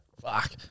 Fuck